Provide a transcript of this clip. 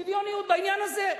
שוויוניות בעניין הזה.